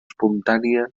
espontània